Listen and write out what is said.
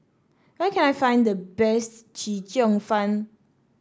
where can I find the best Chee Cheong Fun